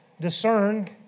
discern